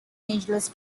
angeles